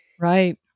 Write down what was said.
Right